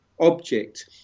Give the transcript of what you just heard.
object